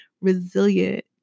resilient